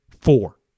four